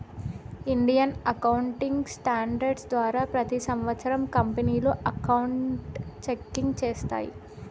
Indian accounting standards ద్వారా ప్రతి సంవత్సరం కంపెనీలు అకౌంట్ చెకింగ్ చేస్తాయి